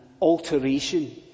alteration